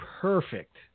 perfect